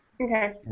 Okay